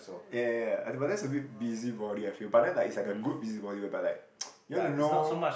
ya ya ya I don't know but that's a bit busybody I feel but like then it's a good busybody whereby like ppo you want to know